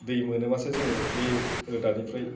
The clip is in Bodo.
दै मोनोब्लासो जोङो बे रोदानिफ्राय